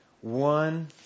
one